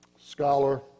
scholar